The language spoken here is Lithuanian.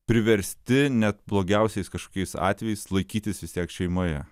priversti net blogiausiais kažkokiais atvejais laikytis vis tiek šeimoje